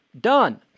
Done